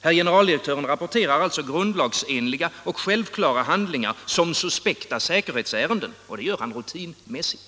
Herr generaldirektören rapporterar alltså grundlagsenliga och självklara handlingar som suspekta säkerhetsärenden — och det gör han rutinmässigt.